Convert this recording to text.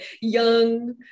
young